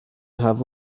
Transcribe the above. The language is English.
have